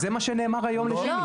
אבל זה מה שנאמר היום בדיון.